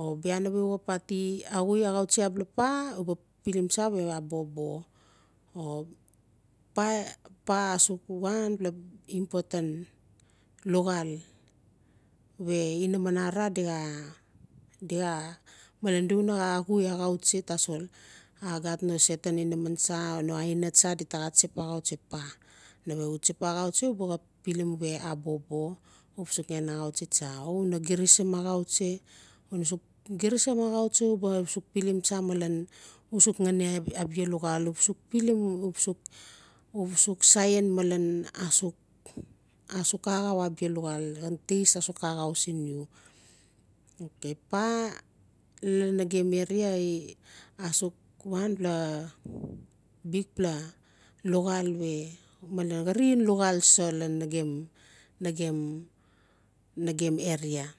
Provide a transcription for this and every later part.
O bia nawe uxap ati axui axautsi abala paa u ba pilim tsa malen a bobo o paa-paa asuk wanpela important luxal we inaman arara di xa di xa malen di we na xui axautsi tasol a gat no certain inaman tsa o no aina tsa di ta xa tsip axautsi paa nawe u tsip axautsi uba xap pilim we a bobo u ba suk ngen axautsi tsa o una girisim axautsi tsa una suk girisim axautsi uba suk pilim tsa malen uba suk ngani abia luxal u ba suk pilim uba suk saen malen asuk-asuk axau abia luxaal xhan taste asuk axau sin iu okay paa lalan nagem area asuk wanpela bukpela luxaal we malen xarin luxaal so lan nagem-nagem-nagem area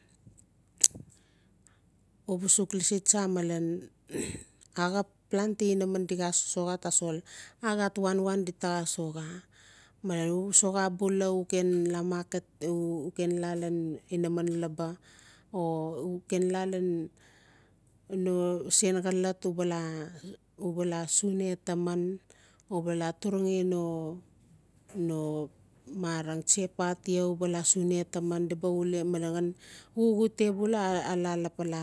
uba suk lasi tsa malen axap planti inaman i xa sosoxa tasol a gat wanwan di ta xa soxa malen u soxa bula u ken la maket uke nla lan inaman lab o u ken la lan sen xolot uba la uba la sune taman uba la turungi no-no tse paa tia u ba la sune taman di ba uli malen xhan uxute bula la lapala